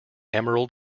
emerald